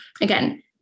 Again